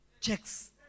Checks